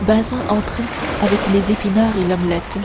bazin entrait avec les épinards et l'omelette